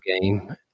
game